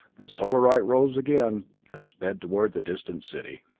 the solarite rose again and sped toward the distant city.